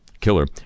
killer